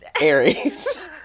Aries